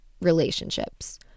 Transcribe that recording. relationships